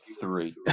three